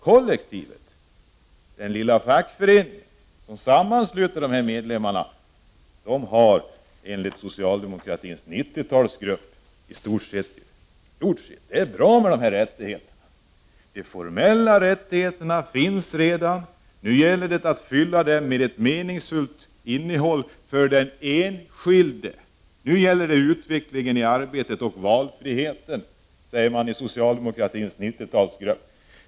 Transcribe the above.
Kollektivet, den lilla fackförening som sammansluter medlemmarna, har enligt socialdemokratins 90-talsgrupp i stort sett gjort sitt. De formella rättigheterna finns redan. Det är bra. Nu gäller det att fylla dem med ett meningsfullt innehåll för den enskilde. Nu gäller det utvecklingen i arbetet och valfriheten, säger man i socialdemokratins 90-talsgrupp.